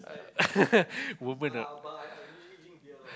women ah